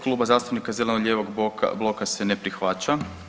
Kluba zastupnika zeleno-lijevog bloka se ne prihvaća.